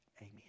Amen